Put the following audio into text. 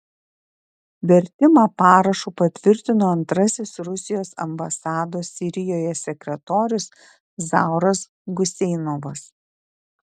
vertimą parašu patvirtino antrasis rusijos ambasados sirijoje sekretorius zauras guseinovas